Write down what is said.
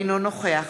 אינו נוכח